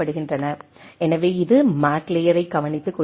எனவே இது மேக் லேயரை கவனித்துக்கொள்கிறது